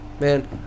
Man